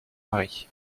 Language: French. mari